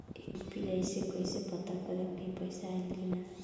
UPI से कईसे पता करेम की पैसा आइल की ना?